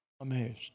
amazed